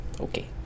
Okay